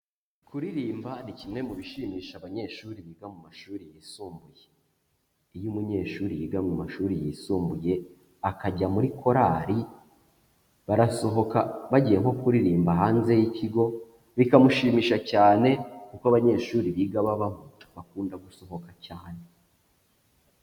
Kuririmba ni kimwe mu bishimisha abanyeshuri biga mu mashuri yisumbuye, iyo umunyeshuri yiga mu mashuri yisumbuye, akajya muri korari barasohoka bagiye nko kuririmba hanze y'ikigo, bikamushimisha cyane kuko abanyeshuri biga babamo bakunda gusohoka cyane.